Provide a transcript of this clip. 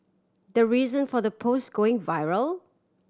the reason for the post going viral